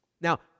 now